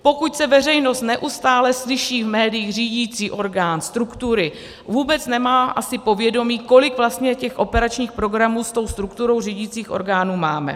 Pokud veřejnost neustále slyší v médiích řídicí orgán struktury, vůbec nemá asi povědomí, kolik vlastně těch operačních programů se strukturou řídicích orgánů máme.